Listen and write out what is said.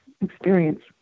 experience